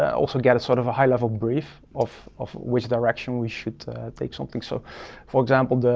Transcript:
also get a sort of a high level brief of of which direction we should take something. so for example,